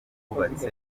bubatse